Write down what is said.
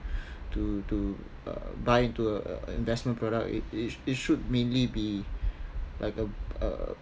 to to uh buy into a investment product it it should mainly be like a uh